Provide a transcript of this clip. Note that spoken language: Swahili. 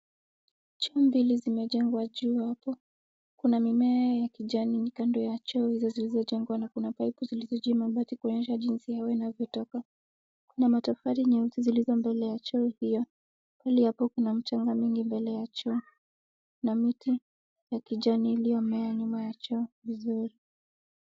Choo mbili zimejengwa juu hapo, kuna mimea ya kijani kando ya choo hizo zilizojengwa na kuna paipu zilizo juu ya mabati kuonyesha jinsi hewa inavyotoka, kuna matofali nyeusi zilizo mbele ya choo hiyo. Pahali hapa kuna mchanga mingi mbele ya choo na miti ya kijani iliyomea nyuma ya choo vizuri.